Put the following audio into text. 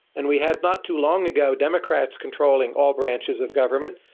and we had, not too long ago, democrats controlling all branches of government.